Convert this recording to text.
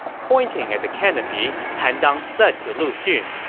pointing at the canopy, han dang said to lu xun,